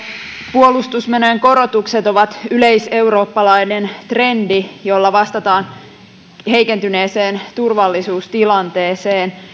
puolustusmenojen korotukset ovat yleiseurooppalainen trendi jolla vastataan heikentyneeseen turvallisuustilanteeseen